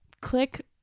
click